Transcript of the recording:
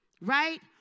right